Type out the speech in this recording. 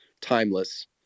timeless